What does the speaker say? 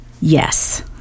Yes